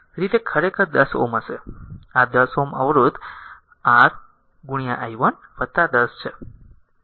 તેથી તે ખરેખર 10 Ω હશે આ 10 Ω અવરોધ r i 1 10 છે